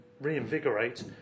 reinvigorate